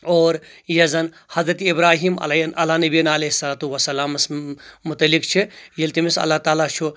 اور یۄس زَن حضرت ابراہیم علیہم علیٰ نبیٖنیٰ علیہِ صلاتُ وسلامس متعلِق چھِ ییٚلہِ تٔمِس اللہ تعالیٰ چھُ